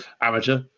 Amateur